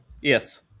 yes